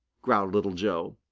growled little joe.